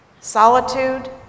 Solitude